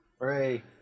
Hooray